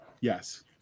Yes